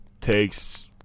takes –